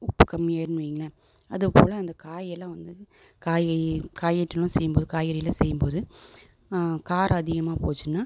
உப்பு கம்மியாயிரும்னு வையுங்களேன் அதுபோல அந்த காயெல்லாம் வந்துங்க காய் செய்யும் போது காய்கறியெலாம் செய்யும்போது காரம் அதிகமாக போச்சுன்னால்